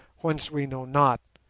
whence we know not,